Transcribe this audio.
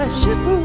ship